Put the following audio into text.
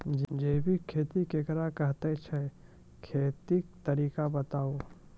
जैबिक खेती केकरा कहैत छै, खेतीक तरीका बताऊ?